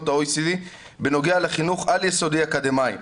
ה-OECD בנוגע לחינוך על-יסודי אקדמאי,